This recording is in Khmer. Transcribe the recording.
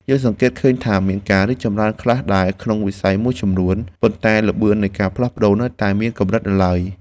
យើងសង្កេតឃើញថាមានការរីកចម្រើនខ្លះដែរក្នុងវិស័យមួយចំនួន ប៉ុន្តែល្បឿននៃការផ្លាស់ប្តូរនៅតែមានកម្រិតនៅឡើយ។